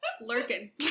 lurking